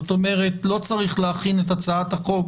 זאת אומרת, לא צריך להכין את הצעת החוק